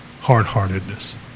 hard-heartedness